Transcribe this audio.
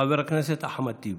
חבר הכנסת אחמד טיבי.